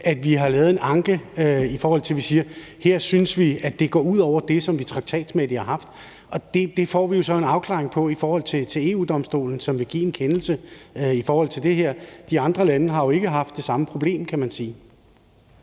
at vi har lavet en anke, hvor vi siger, at vi her synes at det går ud over det, som vi traktatmæssigt har haft. Og det får vi jo så en afklaring på i forhold til EU-Domstolen, som vil afsige en kendelse i forhold til det. De andre lande har jo ikke haft det samme problem, kan man sige.